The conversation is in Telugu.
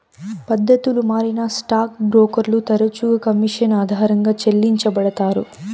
పద్దతులు మారినా స్టాక్ బ్రోకర్లు తరచుగా కమిషన్ ఆధారంగా చెల్లించబడతారు